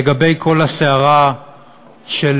לכל הסערה של